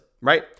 right